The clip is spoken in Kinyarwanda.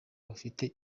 bafite